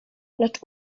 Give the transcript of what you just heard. lecz